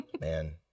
man